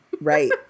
Right